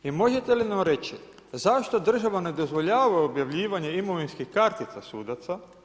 I možete li nam reći, zašto država ne dozvoljava objavljivanje imovinsko kartice sudaca?